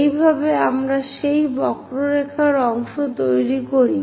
এইভাবে আমরা সেই বক্ররেখার অংশ তৈরি করি